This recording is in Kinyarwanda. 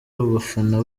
abafana